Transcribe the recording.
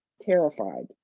terrified